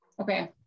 Okay